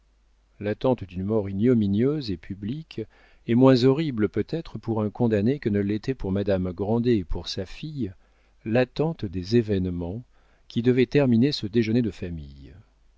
l'attente d'une mort ignominieuse et publique est moins horrible peut-être pour un condamné que ne l'était pour madame grandet et pour sa fille l'attente des événements qui devaient terminer ce déjeuner de famille